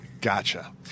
Gotcha